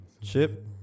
Chip